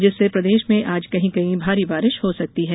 जिससे प्रदेश में आज कहीं कहीं भारी बारिश हो सकती है